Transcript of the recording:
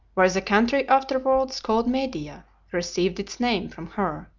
where the country afterwards called media received its name from her,